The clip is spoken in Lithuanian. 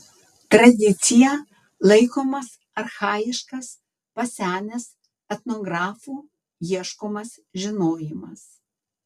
tradicija laikomas archajiškas pasenęs etnografų ieškomas žinojimas